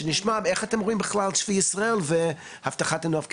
שנשמע איך אתם בכלל רואים את שביל ישראל והבטחת הנוף.